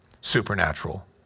supernatural